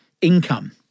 income